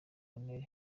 colonel